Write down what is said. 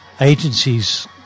agencies